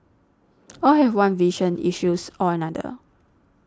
all have one vision issues or another